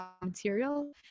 material